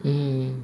mm